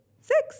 Six